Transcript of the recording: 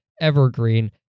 evergreen